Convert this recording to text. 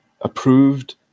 approved